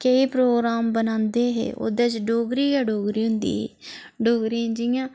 केईं प्रोग्राम बनांदे हे ओह्दे च डोगरी गै डोगरी होंदी ही डोगरी जियां